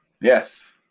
Yes